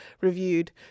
reviewed